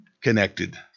connected